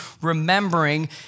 remembering